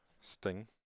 Sting